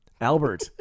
Albert